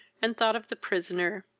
and thought of the prisoner.